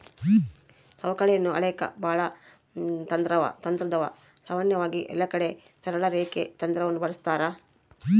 ಸವಕಳಿಯನ್ನ ಅಳೆಕ ಬಾಳ ತಂತ್ರಾದವ, ಸಾಮಾನ್ಯವಾಗಿ ಎಲ್ಲಕಡಿಗೆ ಸರಳ ರೇಖೆ ತಂತ್ರವನ್ನ ಬಳಸ್ತಾರ